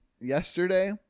yesterday